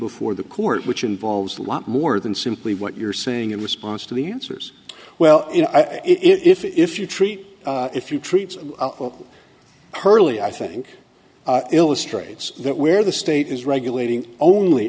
before the court which involves a lot more than simply what you're saying in response to the answers well if you treat if you treat her early i think illustrates that where the state is regulating only